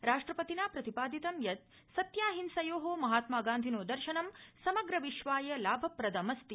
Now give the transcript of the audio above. राष्ट्रपतिना प्रतिपादितं यत् सत्याहिंसयो महात्मा गान्धिनो दर्शनं समग्र विश्वाय लाभप्रदमस्ति